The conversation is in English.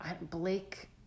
Blake